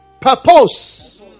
Purpose